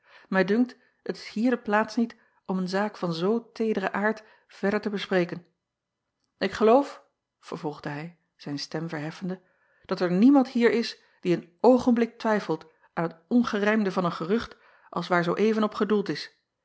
het is hier de plaats acob van ennep laasje evenster delen niet om een zaak van zoo teederen aard verder te bespreken k geloof vervolgde hij zijn stem verheffende dat er niemand hier is die een oogenblik twijfelt aan het ongerijmde van een gerucht als waar zoo even op gedoeld is